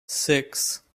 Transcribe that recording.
six